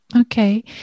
okay